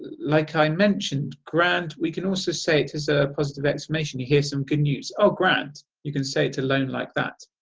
like i mentioned, grand we can also say it as a positive exclamation you hear some good news oh, grand! you can say it alone like that.